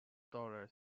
dollars